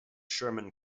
sherman